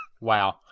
Wow